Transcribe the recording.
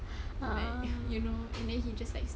you know and then he just likes